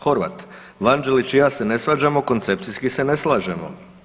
Horvat, Vanđelić i ja se ne svađamo, koncepcijski se ne slažemo.